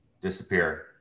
disappear